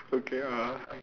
okay ah